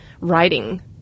writing